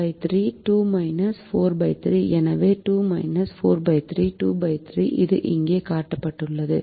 எனவே 2 43 23 இது இங்கே காட்டப்பட்டுள்ளது